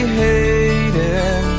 hated